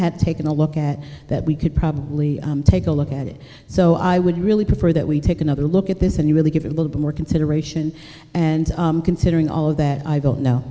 had taken a look at that we could probably take a look at it so i would really prefer that we take another look at this and you really give it a little bit more consideration and considering all that i don't know